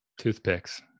Toothpicks